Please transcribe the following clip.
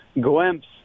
glimpse